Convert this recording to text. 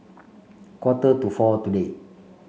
quarter to four today